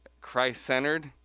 Christ-centered